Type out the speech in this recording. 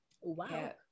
wow